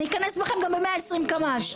אני אכנס בהן גם ב-120 קמ"ש.